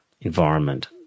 environment